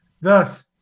Thus